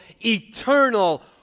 eternal